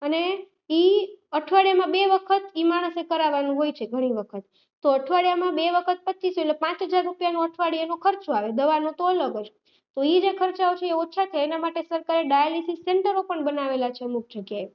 અને એ અઠવાડિયામાં બે વખત એ માણસ એ કરાવાનું હોય છે ઘણી વખત તો અઠવાડિયામાં બે વખત પચ્ચીસો એટલે પાંચ હજાર રૂપિયાનો અઠવાડિયાનો ખર્ચો આવે દવાનો તો અલગ જ તો એ જે ખર્ચાઓ છે એ ઓછા થાય એના માટે સરકારે ડાયાલીસીસ સેન્ટરો પણ બનાવેલા છે અમુક જગ્યાએ